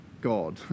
God